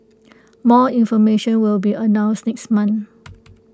more information will be announced next month